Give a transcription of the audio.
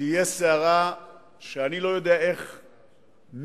תהיה סערה שאני לא יודע איך מישהו,